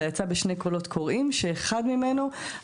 אלא יצא בשני קולות קוראים שאחד ממנו,